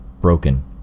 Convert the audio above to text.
broken